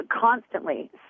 constantly